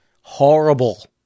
Horrible